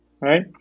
right